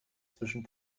zwischen